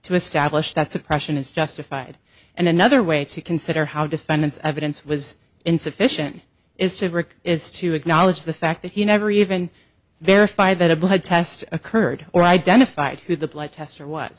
to establish that suppression is justified and another way to consider how defendant's evidence was insufficient is to brick is to acknowledge the fact that you never even verify that a blood test occurred or identified who the blood test for w